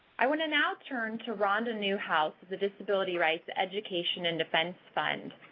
i want to now turn to rhonda neuhaus of the disability rights education and defense fund,